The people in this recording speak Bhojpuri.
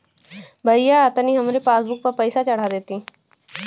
भईया तनि हमरे पासबुक पर पैसा चढ़ा देती